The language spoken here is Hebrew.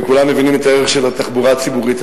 וכולם מבינים את הערך של התחבורה הציבורית?